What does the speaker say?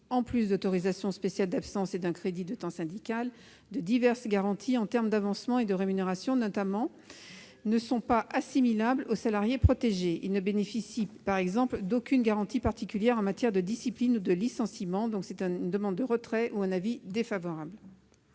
en plus d'autorisations spéciales d'absence et d'un crédit de temps syndical, de diverses garanties en termes d'avancement et de rémunération notamment, ne sont pas assimilables aux salariés protégés. Ils ne disposent par exemple d'aucune garantie particulière en matière de discipline ou de licenciement. Par conséquent, la commission demande le